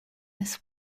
this